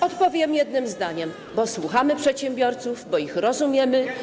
Odpowiem jednym zdaniem: bo słuchamy przedsiębiorców, bo ich rozumiemy.